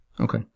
Okay